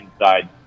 inside